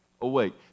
awake